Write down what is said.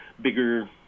bigger